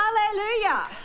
Hallelujah